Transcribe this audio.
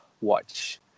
watch